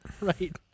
Right